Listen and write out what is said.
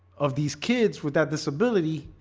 of these kids with that disability,